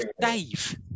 Dave